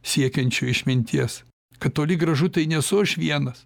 siekiančių išminties kad toli gražu tai nesu aš vienas